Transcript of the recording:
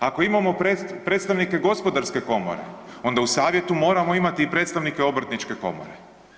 Ako imamo predstavnike Gospodarske komore, onda u savjetu moramo imati i predstavnike Obrtničke komore.